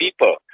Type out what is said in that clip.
people